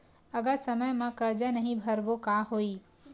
अगर समय मा कर्जा नहीं भरबों का होई?